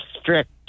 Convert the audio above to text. strict